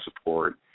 support